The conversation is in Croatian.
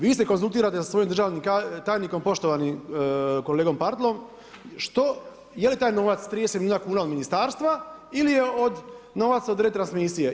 Vi se konzultirate sa svojim državnim tajnikom, poštovani kolegom Partlom, što je li taj novac 30 milijuna kn od ministarstva ili je od, novac od retransmisije.